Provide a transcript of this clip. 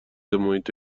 محیط